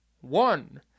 One